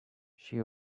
she